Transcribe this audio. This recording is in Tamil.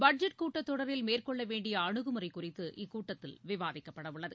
பட்ஜெட் கூட்டத்தொடரில் மேற்கொள்ளவேண்டிய அனுகுமுறை குறித்து இக்கூட்டத்தில் விவாதிக்கப்பட உள்ளது